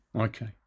Okay